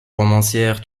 romancière